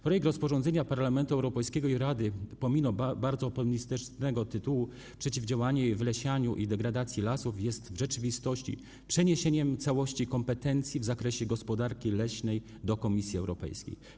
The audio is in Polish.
Projekt rozporządzenia Parlamentu Europejskiego i Rady pomimo bardzo optymistycznego tytułu dotyczącego przeciwdziałania wylesianiu i degradacji lasów jest w rzeczywistości przeniesieniem całości kompetencji w zakresie gospodarki leśnej do Komisji Europejskiej.